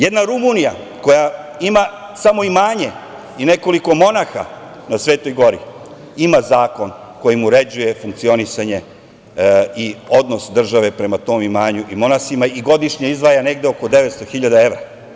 Jedna Rumunija, koja ima samo imanje i nekoliko monaha na Svetoj gori, ima zakon kojim uređuje funkcionisanje i odnos države prema tom imanju i monasima i godišnje izdvaja negde oko 900 hiljada evra.